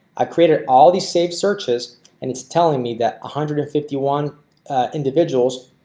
i created all these saved searches and it's telling me that a hundred and fifty-one individuals.